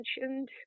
mentioned